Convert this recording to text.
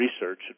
Research